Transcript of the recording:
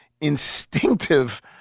instinctive